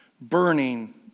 burning